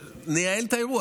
לייעל את האירוע.